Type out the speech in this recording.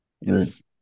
Yes